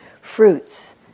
fruits